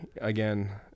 again